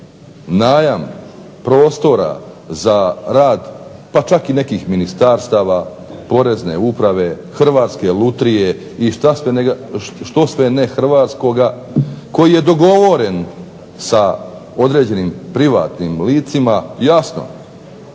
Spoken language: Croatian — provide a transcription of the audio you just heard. najam prostora za rad, pa čak i nekih ministarstava, porezne uprave, Hrvatske lutrije i što sve ne Hrvatskoga koji je dogovoren sa određenim privatnim licima jasno